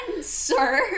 sir